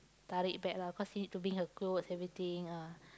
tarik bag lah cause she need to bring her clothes everything ah